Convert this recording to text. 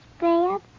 bad